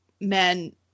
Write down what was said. men